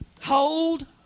Hold